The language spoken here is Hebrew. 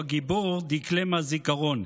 הגיבור דקלם מהזיכרון,